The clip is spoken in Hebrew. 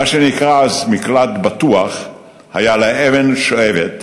מה שנקרא אז מקלט בטוח היה לאבן שואבת